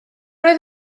oedd